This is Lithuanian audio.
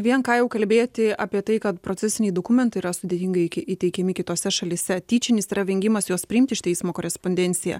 vien ką jau kalbėti apie tai kad procesiniai dokumentai yra sudėtingai iki įteikiami kitose šalyse tyčinis yra vengimas juos priimti iš teismo korespondenciją